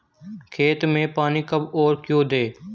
खेत में पानी कब और क्यों दें?